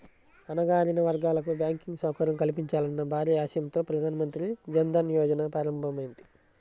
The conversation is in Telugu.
అణగారిన వర్గాలకు బ్యాంకింగ్ సౌకర్యం కల్పించాలన్న భారీ ఆశయంతో ప్రధాన మంత్రి జన్ ధన్ యోజన ప్రారంభమైంది